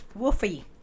woofy